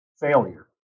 failure